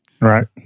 Right